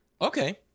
okay